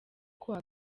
kuwa